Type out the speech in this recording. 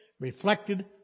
reflected